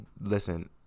listen